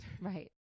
Right